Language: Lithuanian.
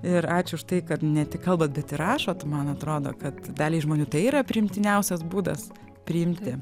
ir ačiū už tai kad ne tik kalbat bet ir rašot man atrodo kad daliai žmonių tai yra priimtiniausias būdas priimti